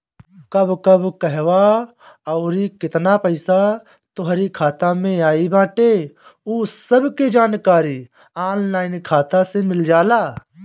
कब कब कहवा अउरी केतना पईसा तोहरी खाता में आई बाटे उ सब के जानकारी ऑनलाइन खाता से मिल जाला